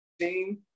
team